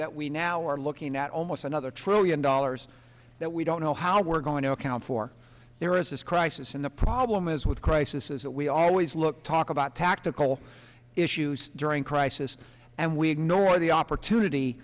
that we now are looking at almost another trillion dollars that we don't know how we're going to account for there is this crisis and the problem is with crisis is that we always look talk about tactical all issues during crisis and we ignore the opportunity